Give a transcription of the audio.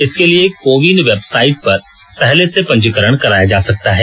इसके लिए कोविन वेबसाइट पर पहले से पंजीकरण कराया जा सकता है